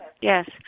yes